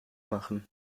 machen